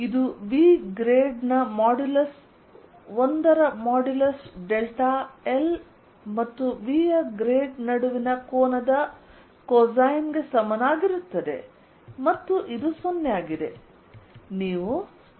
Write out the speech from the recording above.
ಇದು V grad ನ modulus l ನ ಮಾಡ್ಯುಲಸ್ ಡೆಲ್ಟಾ ಎಲ್ ಮತ್ತು V ಯ ಗ್ರೇಡ್ ನಡುವಿನ ಕೋನದ ಕೊಸೈನ್ ಗೆ ಸಮನಾಗಿರುತ್ತದೆಮತ್ತು ಇದು 0 ಆಗಿದೆ